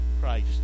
Christ